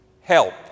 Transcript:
help